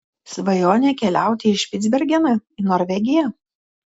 svajonė keliauti į špicbergeną į norvegiją